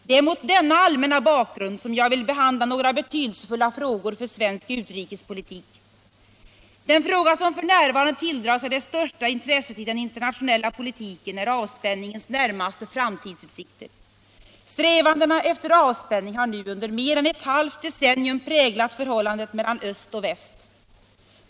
Det är mot denna allmänna bakgrund som jag vill behandla några betydelsefulla frågor för svensk utrikespolitik. Den fråga som f. n. tilldrar sig det största intresset i den internationella politiken är avspänningens närmaste framtidsutsikter. Strävandena efter avspänning har nu under mer än ett halvt decennium präglat förhållandet mellan öst och väst.